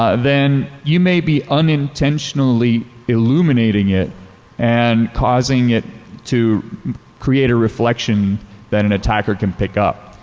ah then you may be unintentionally illuminating it and causing it to create a reflection that an attacker can pick up.